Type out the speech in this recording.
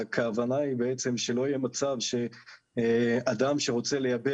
הכוונה היא בעצם שלא יהיה מצב שאדם שרוצה לייבא